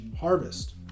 harvest